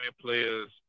players